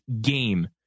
game